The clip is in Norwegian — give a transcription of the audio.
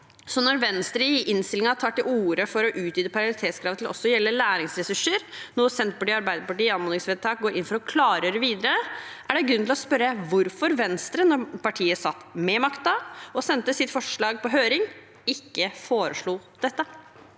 Når Venstre i innstillingen tar til orde for å utvide parallellitetskravet til også å gjelde læringsressurser – noe Senterpartiet og Arbeiderpartiet i anmodningsvedtak går inn for å klargjøre videre – er det grunn til å spørre hvorfor Venstre, da partiet satt med makten og sendte sitt forslag på høring, ikke foreslo dette.